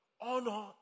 Honor